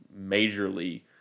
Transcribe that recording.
majorly